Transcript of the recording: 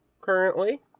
currently